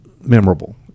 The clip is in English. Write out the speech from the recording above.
memorable